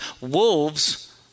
wolves